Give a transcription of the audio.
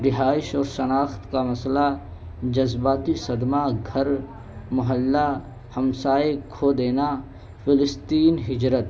رہائش اور شناخت کا مسئلہ جذباتی صدمہ گھر محلہ ہمسائے کھو دینا فلسطین ہجرت